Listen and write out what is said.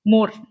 More